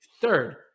third